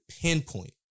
pinpoint